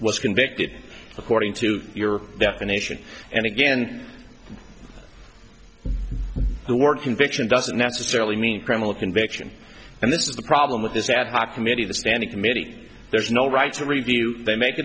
was convicted according to your definition and again the word conviction doesn't necessarily mean criminal conviction and that's the problem with this ad hoc committee the standing committee there's no right to review they make a